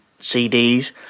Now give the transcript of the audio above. CDs